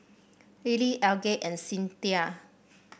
Lily Algie and Cinthia